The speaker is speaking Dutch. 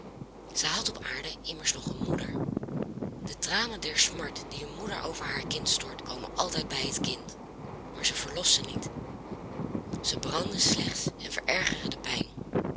zij had op aarde immers nog een moeder de tranen der smart die een moeder over haar kind stort komen altijd bij het kind maar ze verlossen niet zij branden slechts en verergeren de pijn